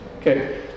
Okay